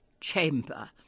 chamber